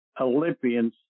olympians